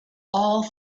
all